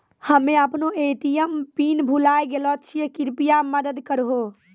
हम्मे अपनो ATM PIN भुलाय गेलो छियै, कृपया मदत करहो